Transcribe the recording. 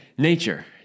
Nature